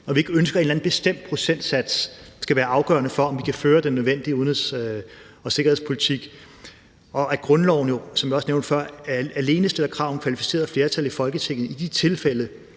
Men vi ønsker ikke, at en bestemt procentsats skal være afgørende for, om vi kan føre den nødvendige udenrigs- og sikkerhedspolitik. Grundloven stiller alene krav om kvalificeret flertal i Folketinget i de tilfælde,